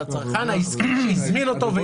על הצרכן העסקי שהזמין אותו.